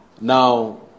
Now